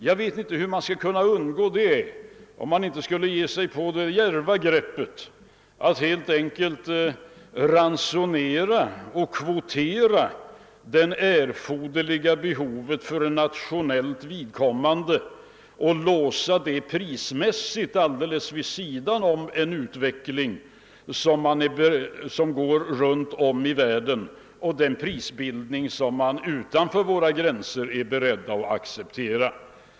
Jag vet inte hur man skulle kunna undgå det, om man inte skulle våga sig på det djärva greppet att helt enkelt ransonera och kvotera varorna på den svenska marknaden och låsa fast priserna oberoende av de priser som man utanför våra gränser är beredd att acceptera.